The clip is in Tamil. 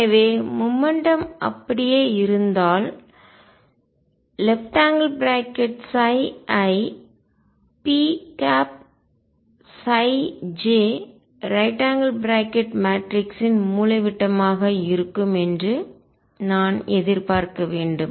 எனவேமொமெண்ட்டும் அப்படியே இருந்தால்பாதுகாக்கப்பட்டால் ⟨ipj⟩ மேட்ரிக்ஸ் மூலைவிட்டமாக இருக்கும் என்று நான் எதிர்பார்க்க வேண்டும்